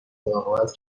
مراقبت